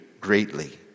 greatly